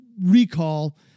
recall